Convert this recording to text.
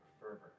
fervor